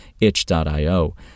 Itch.io